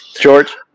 George